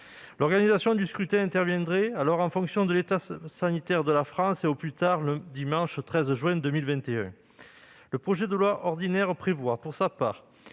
L'organisation du scrutin interviendrait alors en fonction de l'état sanitaire de la France et, au plus tard, le dimanche 13 juin 2021. Le projet de loi ordinaire prévoit, pour sa part,